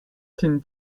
tin